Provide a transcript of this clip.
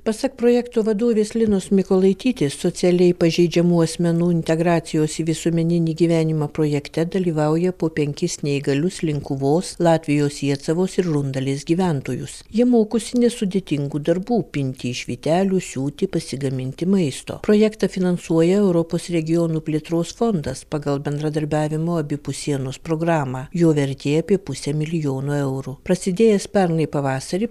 pasak projekto vadovės linos mykolaitytės socialiai pažeidžiamų asmenų integracijos į visuomeninį gyvenimą projekte dalyvauja po penkis neįgalius linkuvos latvijos iecevos ir rundalės gyventojus jie mokosi nesudėtingų darbų pinti iš vytelių siūti pasigaminti maisto projektą finansuoja europos regionų plėtros fondas pagal bendradarbiavimo abipus sienos programą jo vertė apie pusę milijono eurų prasidėjęs pernai pavasarį